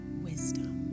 wisdom